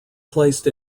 placed